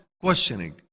questioning